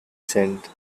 sent